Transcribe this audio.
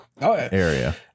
area